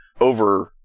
over